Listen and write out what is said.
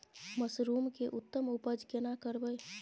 Mushroom के उत्तम उपज केना करबै?